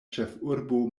ĉefurbo